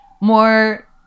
more